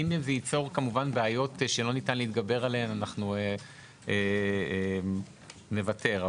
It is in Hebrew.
אם זה ייצור בעיות שלא יהיה ניתן להתגבר עליהן אנחנו כמובן נוותר.